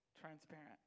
transparent